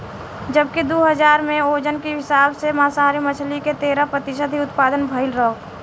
जबकि दू हज़ार में ओजन के हिसाब से मांसाहारी मछली के तेरह प्रतिशत ही उत्तपद भईलख